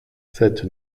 cette